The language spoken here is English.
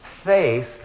Faith